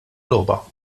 logħba